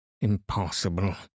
Impossible